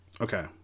okay